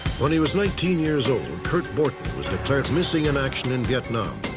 when he was nineteen years old, curt borton was declared missing in action in vietnam.